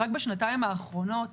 רק בשנתיים האחרונות